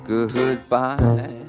Goodbye